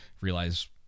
realize